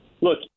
look